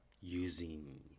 using